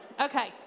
Okay